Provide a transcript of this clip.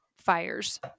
fires